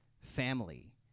family